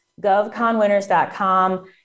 govconwinners.com